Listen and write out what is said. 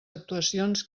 actuacions